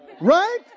Right